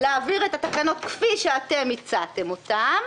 להעביר את התקנות כפי שאתם הצעתם אותן,